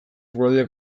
lurralde